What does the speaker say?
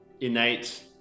innate